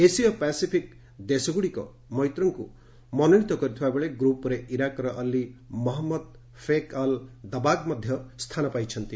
ଏସୀୟ ପାସିଫିକ୍ ଦେଶଗ୍ରଡ଼ିକ ମୈତ୍ରଙ୍କୁ ମନୋନୀତ କରିଥିବାବେଳେ ଗ୍ରପ୍ରେ ଇରାକ୍ର Ali Mohammed Faik al Dabbagh ମଧ୍ୟ ସ୍ଥାନ ପାଇଛନ୍ତି